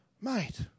Mate